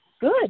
Good